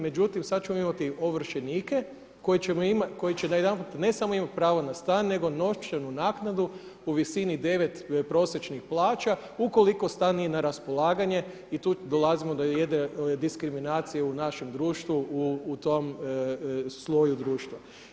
Međutim, sad ćemo imati ovršenike koji će najedanput ne samo imati pravo na stan, nego novčanu naknadu u visini devet prosječnih plaća ukoliko stan nije na raspolaganje i tu dolazimo do jedne diskriminacije u našem društvu u tom sloju društva.